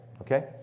okay